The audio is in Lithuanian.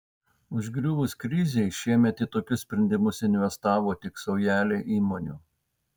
užgriuvus krizei šiemet į tokius sprendimus investavo tik saujelė įmonių